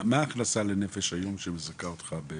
מה ההכנסה לנפש היום שמזכה אותך?